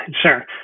Sure